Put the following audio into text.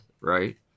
right